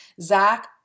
Zach